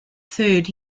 third